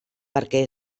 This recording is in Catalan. perquè